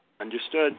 Understood